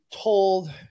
told